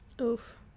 Oof